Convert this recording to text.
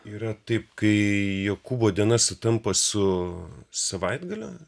yra taip kai jokūbo diena sutampa su savaitgaliu